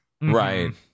Right